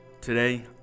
Today